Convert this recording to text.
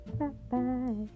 bye-bye